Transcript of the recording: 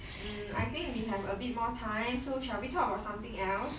um I think we have a bit more time so shall we talk about something